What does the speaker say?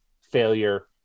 failure